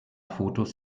fotos